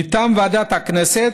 מטעם ועדת הכנסת,